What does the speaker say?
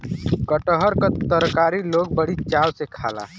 कटहर क तरकारी लोग बड़ी चाव से खाला